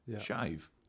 shave